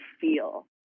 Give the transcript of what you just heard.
feel